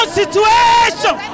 situation